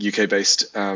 UK-based